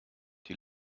die